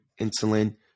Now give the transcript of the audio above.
insulin